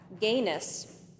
gayness